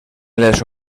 les